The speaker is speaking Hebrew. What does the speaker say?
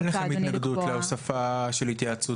אין לכם התנגדות להוספה של התייעצות?